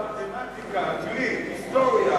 מתמטיקה, אנגלית, היסטוריה.